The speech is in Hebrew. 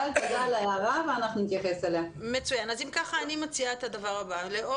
אבל תודה על ההערה, אנחנו נתייחס אליה.